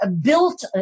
built